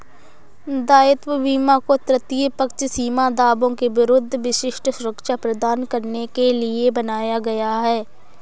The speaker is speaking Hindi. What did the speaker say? दायित्व बीमा को तृतीय पक्ष बीमा दावों के विरुद्ध विशिष्ट सुरक्षा प्रदान करने के लिए बनाया गया है